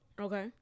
Okay